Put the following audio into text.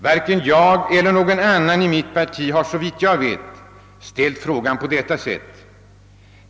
Varken jag eller någon annan inom mitt parti har, såvitt jag vet, ställt frågan på ett sådant sätt.